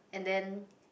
and then